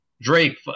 Drake